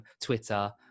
twitter